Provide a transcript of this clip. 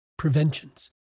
preventions